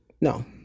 no